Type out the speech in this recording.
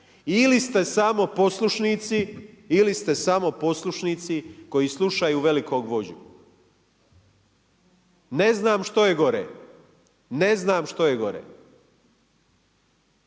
imate kolege iz HDZ-a? Ili ste samo poslušnici koji slušaju velikog vođu. Ne znam što je gore, ne znam što je gore!